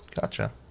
Gotcha